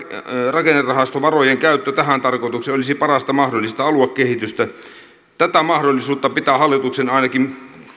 rakennerahastovarojen käyttö tähän tarkoitukseen olisi parasta mahdollista aluekehitystä tätä mahdollisuutta pitää hallituksen ainakin